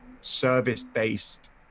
service-based